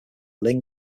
lynn